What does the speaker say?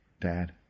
Dad